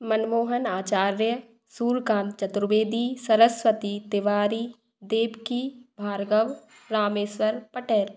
Manmohan Acharya Suryakant Chaturvedi Saraswati Tiwari Devaki Bhargava Rameshwar Patel